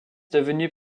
devenus